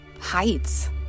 heights